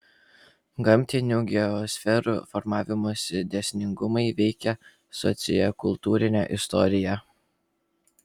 gamtinių geosferų formavimosi dėsningumai veikia sociokultūrinę istoriją